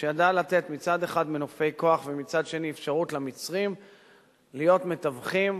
שידעה לתת מצד אחד מנופי כוח ומצד שני אפשרות למצרים להיות מתווכים,